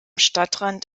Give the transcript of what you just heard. stadtrand